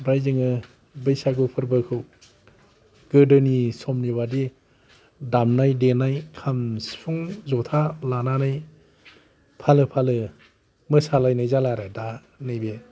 ओमफ्राइ जोङो बैसागु फोर्बोखौ गोदोनि समनि बादि दामनाय देनाय खाम सिफुं जथा लानानै फालो फालो मोसा लायनाय जाला आरो दा नैबे